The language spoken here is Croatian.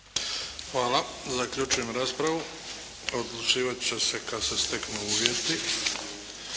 Hvala. Zaključujem raspravu. Odlučivati će se kada se steknu uvjeti.